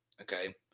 okay